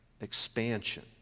expansion